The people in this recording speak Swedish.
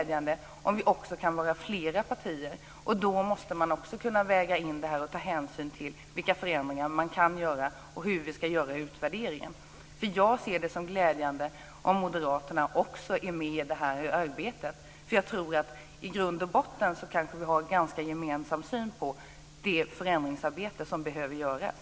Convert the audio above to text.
Då måste man också kunna väga in och ta hänsyn till vilka förändringar man kan göra och hur utvärderingen ska göras. Jag ser det som glädjande om också moderaterna är med i det här arbetet, för jag tror att vi kanske i grund och botten har en ganska gemensam syn på det förändringsarbete som behöver göras.